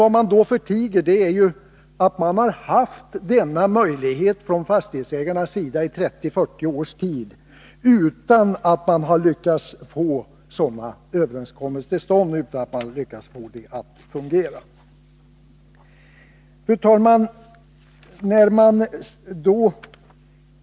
Vad man då förtiger är att fastighetsägarna har haft denna möjlighet i 30, 40 års tid utan att man lyckats få sådana överenskommelser till stånd och få det hela att fungera. Fru talman!